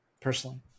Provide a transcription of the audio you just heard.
personally